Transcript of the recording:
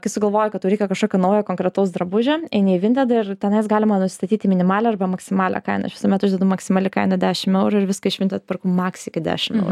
kai sugalvoji kad tau reikia kažkokio naujo konkretaus drabužio eini į videdą ir tenais galima nustatyti minimalią arba maksimalią kainą aš visuomet uždedu maksimali kaina dešim eurų ir viską iš vinted perku maks iki dešim eurų